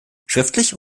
schriftlich